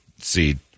seed